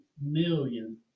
million